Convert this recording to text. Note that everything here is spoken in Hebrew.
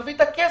נביא את הכסף.